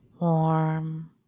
warm